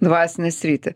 dvasinę sritį